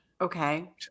Okay